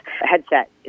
headset